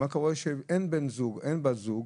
מה קורה כשאין בן זוג או בת זוג,